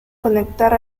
conectar